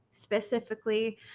Specifically